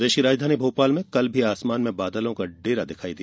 प्रदेश की राजधानी भोपाल में कल भी आसमान में बादलों का डेरा दिखाई दिया